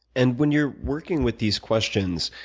and when you're working with these questions,